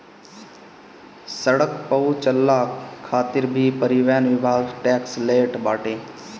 सड़क पअ चलला खातिर भी परिवहन विभाग टेक्स लेट बाटे